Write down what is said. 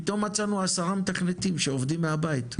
פתאום מצאנו 10 מתכנתים שעובדים מהבית,